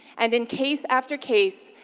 and in case after case,